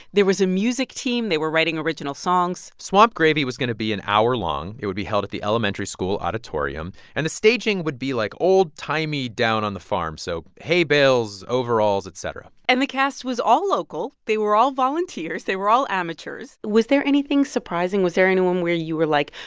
there was a music team. they were writing original songs swamp gravy was going to be an hour long. it would be held at the elementary school auditorium, and the staging would be like old-timey, down on the farm, so hay bales, overalls, et cetera and the cast was all local. they were all volunteers. they were all amateurs was there anything surprising? was there anyone where you were like,